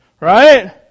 Right